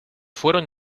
fueron